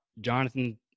Jonathan